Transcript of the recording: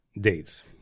Dates